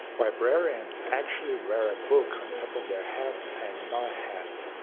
librarians actually wear a book on top of their head and not a hat.